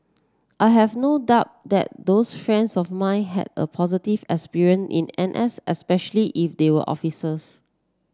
I have no doubt that those friends of mine had a positive experience in N S especially if they were officers